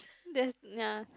there's nah